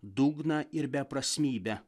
dugną ir beprasmybę